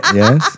yes